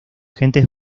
gentes